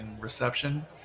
reception